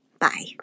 Bye